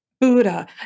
Buddha